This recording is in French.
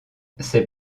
ces